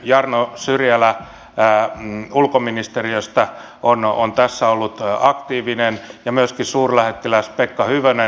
jarno syrjälä ulkoministeriöstä on tässä ollut aktiivinen ja myöskin suurlähettiläs pekka hyvönen